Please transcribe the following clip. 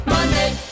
Monday